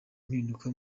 impinduka